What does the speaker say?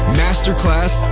masterclass